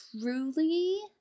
truly